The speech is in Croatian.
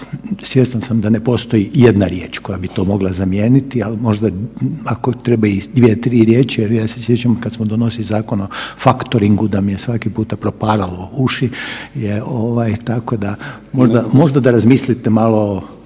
Svjestan sam da ne postoji jedna riječ koja bi to mogla zamijeniti, ali možda ako treba i 2, 3 riječi jer ja se sjećam kad smo donosili zakon o faktoringu da mi je svaki puta proparalo uši jer ovaj tako da, možda da razmislite malo